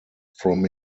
from